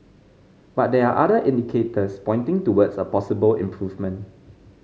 but there are other indicators pointing towards a possible improvement